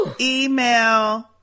Email